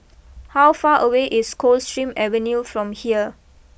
how far away is Coldstream Avenue from here